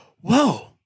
whoa